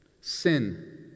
Sin